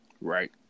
Right